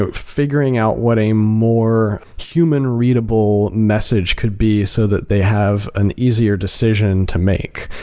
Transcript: ah figuring out what a more human readable message could be so that they have an easier decision to make.